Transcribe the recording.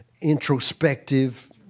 introspective